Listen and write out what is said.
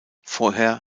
vorher